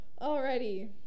Alrighty